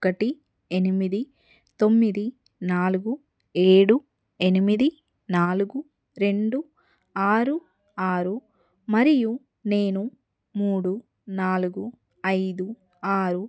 ఒకటి ఎనిమిది తొమ్మిది నాలుగు ఏడు ఎనిమిది నాలుగు రెండు ఆరు ఆరు మరియు నేను మూడు నాలుగు ఐదు ఆరు